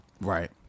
Right